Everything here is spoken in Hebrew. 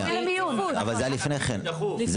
שנייה, אבל זה היה לפני כן, זה הנוסח.